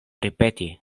ripeti